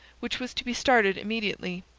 which was to be started immediately.